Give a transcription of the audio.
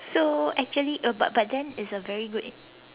so actually uh but but then it's a very good in~